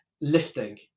lifting